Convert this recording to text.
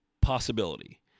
possibility